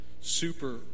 super